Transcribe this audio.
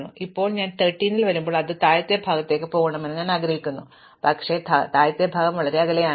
അതിനാൽ ഇപ്പോൾ ഞാൻ 13 ൽ വരുമ്പോൾ അത് താഴത്തെ ഭാഗത്തേക്ക് പോകണമെന്ന് ഞാൻ ആഗ്രഹിക്കുന്നു പക്ഷേ താഴത്തെ ഭാഗം വളരെ അകലെയാണ്